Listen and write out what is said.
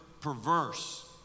perverse